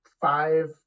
five